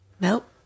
Nope